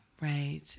Right